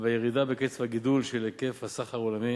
והירידה בקצב הגידול של היקף הסחר העולמי,